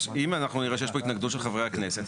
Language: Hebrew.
אם אנחנו נראה שיש פה התנגדות של חברי הכנסת,